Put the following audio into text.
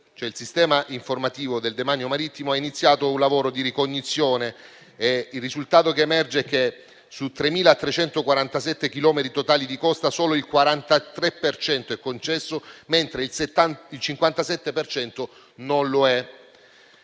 il sistema informativo del demanio marittimo ha iniziato un lavoro di ricognizione e il risultato che emerge è che su 3.347 chilometri totali di costa solo il 43 per cento è concesso, mentre il 57 per cento